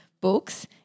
books